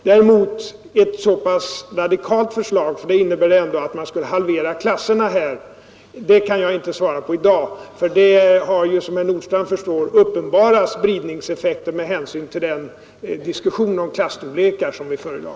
Däremot kan jag inte i dag svara på frågan om man skall framlägga ett så pass radikalt förslag som herr Nordstrandh nu talar om, för det innebär ändå att man skulle halvera klasserna. Det har ju, som herr Nordstrandh förstår, uppenbara spridningseffekter med hänsyn till den diskussion om klasstorlekar som vi för i dag.